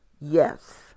yes